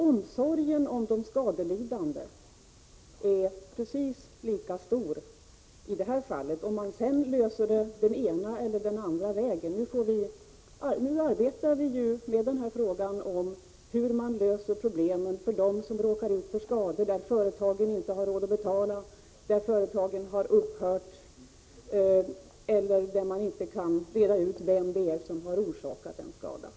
Omsorgen om de skadelidande är precis lika stor, oavsett om man löser frågan den ena eller andra vägen. Vi arbetar nu med frågan om hur man skall lösa problemen för dem som råkar ut för skador där företagen inte har råd att betala, där företagen upphört eller där man inte kan reda ut vem det är som orsakat skadan.